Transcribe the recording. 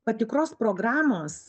patikros programos